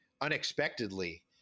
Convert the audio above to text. unexpectedly